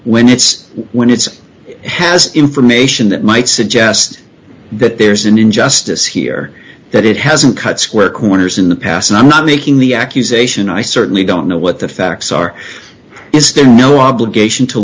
when it's when it's has information that might suggest that there's an injustice here that it hasn't cut square corners in the past and i'm not making the accusation i certainly don't know what the facts are is there no obligation to